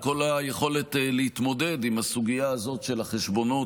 כל היכולת להתמודד עם הסוגיה הזאת של החשבונות